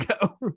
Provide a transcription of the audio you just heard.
go